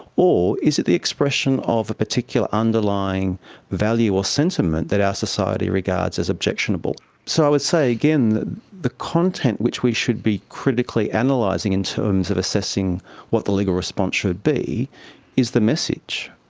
or is it the expression of a particular underlying value or sentiment that our society regards as objectionable? so i would say again that the content which we should be critically analysing in terms of assessing what the legal response should be is the message,